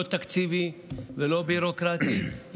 לא תקציבי ולא ביורוקרטי,